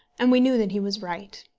and we knew that he was right.